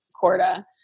Corda